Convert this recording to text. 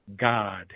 God